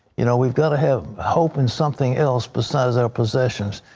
you know we've got to have hope and something else besides our possessions.